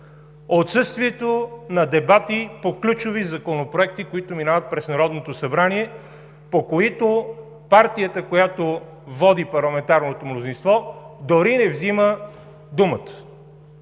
отсъствието на дебати по ключови законопроекти, които минават през Народното събрание, по които партията, която води парламентарното мнозинство, дори не взима думата.